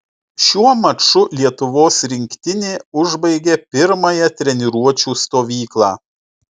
šiuo maču lietuvos rinktinė užbaigė pirmąją treniruočių stovyklą